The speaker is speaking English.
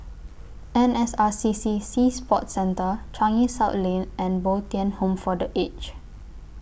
N S R C C Sea Sports Centre Changi South Lane and Bo Tien Home For The Aged